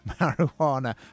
marijuana